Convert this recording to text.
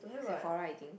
Sephora I think